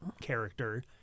character